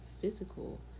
physical